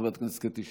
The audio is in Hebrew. חברת הכנסת קטי שטרית,